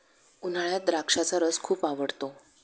उन्हाळ्यात द्राक्षाचा रस खूप आवडतो